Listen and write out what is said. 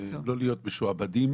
ולא להיות משועבדים,